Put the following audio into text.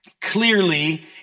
Clearly